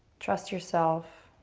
trust yourself.